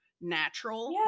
natural